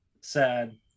sad